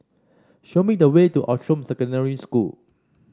show me the way to Outram Secondary School